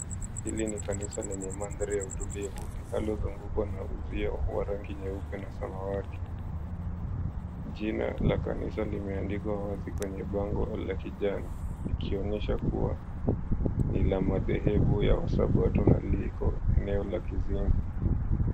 Hili ni kanisa lenye mandhari ya utulivu, linalozungukwa na uzio wa rangi nyeupe na samawati. Jina la kanisa limeandikwa wazi kwenye bango la kijani likionyesha kuwa ni la madhehebu ya sabato na liko eneo la Kizingo.